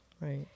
right